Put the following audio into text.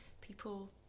people